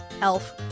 Elf